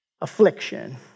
affliction